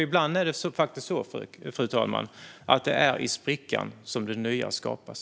Ibland är det faktiskt så, fru talman, att det är i sprickan som det nya skapas.